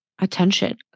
attention